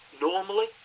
normally